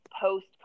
post